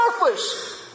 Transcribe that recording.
worthless